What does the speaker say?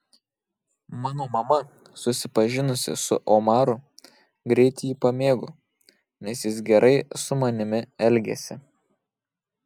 mano mama susipažinusi su omaru greit jį pamėgo nes jis gerai su manimi elgėsi